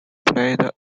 played